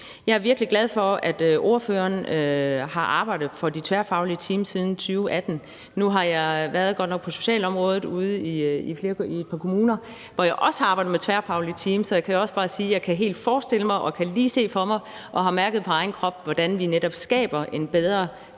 Jeg er virkelig glad for, at ordføreren har arbejdet for de tværfaglige teams siden 2018. Nu har jeg været – godt nok på socialområdet – i kommuner, hvor jeg også har arbejdet med tværfaglige teams, og jeg kan også bare sige, at jeg helt kan forestille mig og lige kan se for mig og har mærket på egen krop, hvordan vi netop skaber en bedre